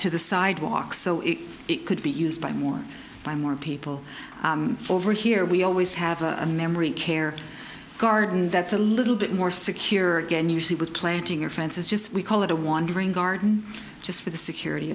to the sidewalk so if it could be used by more by more people over here we always have a memory care garden that's a little bit more secure again usually with planting or fences just we call it a wandering garden just for the security